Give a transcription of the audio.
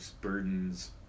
burdens